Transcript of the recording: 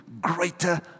greater